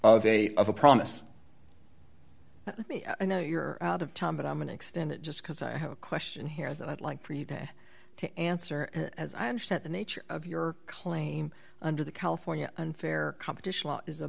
of a of a promise me i know you're out of time but i'm going to extend it just because i have a question here that i'd like for you today to answer and as i understand the nature of your claim under the california unfair competition